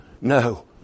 no